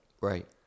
Right